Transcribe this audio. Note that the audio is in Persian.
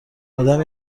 آدم